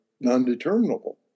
non-determinable